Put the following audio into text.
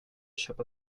köpa